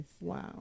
Wow